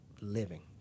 living